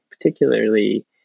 Particularly